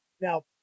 Now